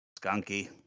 Skunky